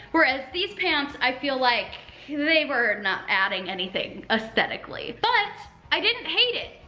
whereas these pants, i feel like they were not adding anything aesthetically. but i didn't hate it,